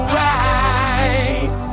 right